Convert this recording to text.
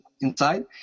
inside